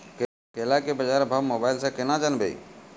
केला के बाजार भाव मोबाइल से के ना जान ब?